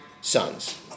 sons